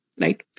right